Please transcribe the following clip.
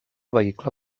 vehicle